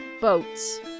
boats